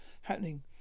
happening